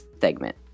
segment